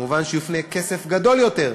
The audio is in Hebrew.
ומובן שיופנה כסף גדול יותר.